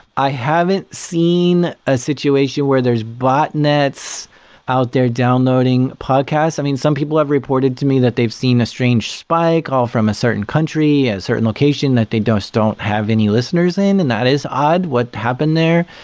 i haven't seen a situation where there's botnets out there downloading podcasts. i mean, some people have reported to me that they've seen a strange spike all from a certain country, a certain location that they don't don't have any listeners in, and that is odd. what happened there?